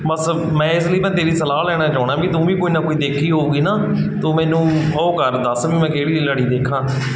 ਬਸ ਮੈਂ ਇਸ ਲਈ ਮੈਂ ਤੇਰੀ ਸਲਾਹ ਲੈਣਾ ਚਾਹੁੰਦਾ ਵੀ ਤੂੰ ਵੀ ਕੋਈ ਨਾ ਕੋਈ ਦੇਖੀ ਹੋਊਗੀ ਨਾ ਤੂੰ ਮੈਨੂੰ ਉਹ ਕਰ ਦੱਸ ਵੀ ਮੈਂ ਕਿਹੜੀ ਲੜੀ ਦੇਖਾਂ